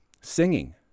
singing